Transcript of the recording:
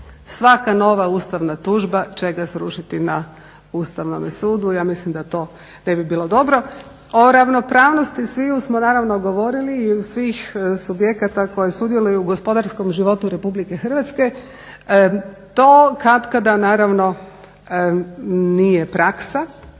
svaka nova ustavna tužba će ga srušiti na Ustavnom sudu. Ja mislim da to ne bi bilo dobro. O ravnopravnosti sviju smo naravno govorili i svih subjekata koji sudjeluju u gospodarskom životu RH, to katkada nije praksa